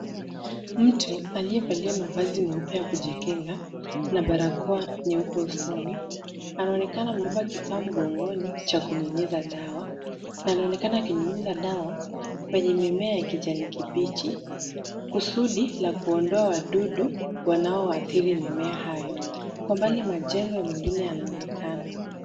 Mtu aliyevalia mavazi meupe ya kujikinga na barakoa nyeupe usoni, anaonekana amebeba kifaa mgongoni cha kunyunyiza dawa na anaonekana akinyunyiza dawa kwenye mimea ya kijani kibichi, kusudi la kuondoa wadudu wanaoadhiri mimea hayo. Kwa mbali majengo mengine yanaonekana.